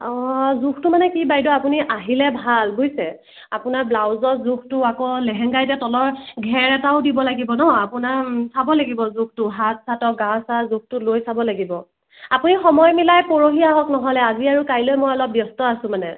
অঁ জোখটো মানে কি বাইদেউ আপুনি আহিলে ভাল বুজিছে আপোনাৰ ব্লাউজৰ জোখটো আকৌ লেহেংগাৰ এতিয়া তলৰ ঘেৰ এটাও দিব লাগিব ন আপোনাৰ চাব লাগিব জোখটো হাত চাতৰ গা চাৰ জোখটো লৈ চাব লাগিব আপুনি সময় মিলাই পৰহি আহক নহ'লে আজি আৰু কাইলৈ মই অলপ ব্যস্ত আছোঁ মানে